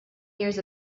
years